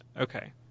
Okay